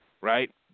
right